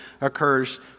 occurs